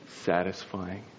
satisfying